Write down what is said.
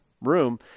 room